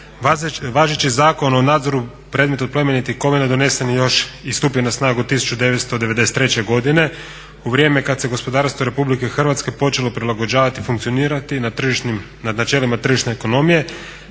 Važeći Zakon o nadzoru predmeta od plemenitih kovina donesen je još i stupio na snagu 1993. godine u vrijeme kad se gospodarstvo Republike Hrvatske počelo prilagođavati i funkcionirati na načelima tržišne ekonomije